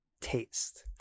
taste